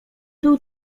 był